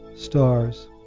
stars